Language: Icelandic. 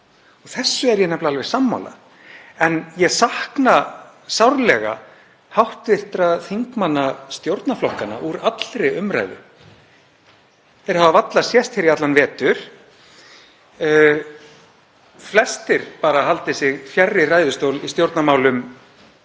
Þessu er ég nefnilega alveg sammála en ég sakna sárlega hv. þingmanna stjórnarflokkanna úr allri umræðu. Þeir hafa varla sést hér í allan vetur, flestir bara halda sig fjarri ræðustól í stjórnarmálum